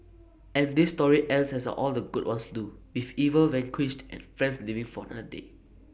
and this story ends as all the good ones do with evil vanquished and friends living for another day